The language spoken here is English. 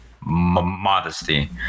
modesty